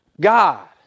God